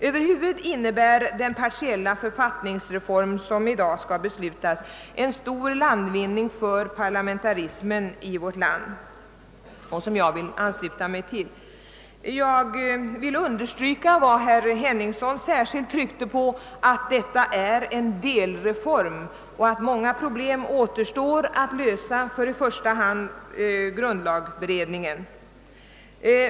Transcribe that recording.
Över huvud innebär den partiella författningsreform, som i dag skall beslutas, en stor landvinning för parlamentarismen i vårt land, som jag vill ansluta mig till. Jag vill understryka vad herr Henningsson särskilt tryckte på, nämligen att detta är en delreform och att många problem återstår att lösa för i första hand grundlagberedningen.